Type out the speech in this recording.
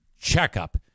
checkup